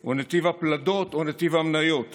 הוא נתיב הפלדות או נתיב המניות